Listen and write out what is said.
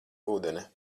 ūdeni